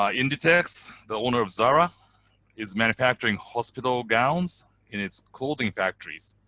ah in the techs, the owner of zara is manufacturing hospital gowns in its clothing factories,